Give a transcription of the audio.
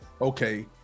okay